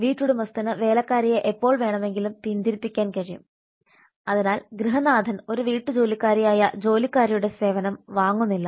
വീട്ടുടമസ്ഥന് വേലക്കാരിയെ എപ്പോൾ വേണമെങ്കിലും പിന്തിരിപ്പിക്കാൻ കഴിയും അതിനാൽ ഗൃഹനാഥൻ ഒരു വീട്ടുജോലിക്കാരിയായ ജോലിക്കാരിയുടെ സേവനം വാങ്ങുന്നില്ല